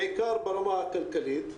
בעיקר ברמה הכלכלית,